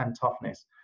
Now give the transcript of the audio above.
toughness